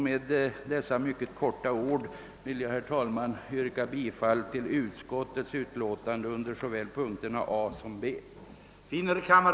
Med dessa få ord vill jag, herr talman, yrka bifall till utskottets hemställan under såväl mom. A som mom. B.